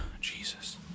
Jesus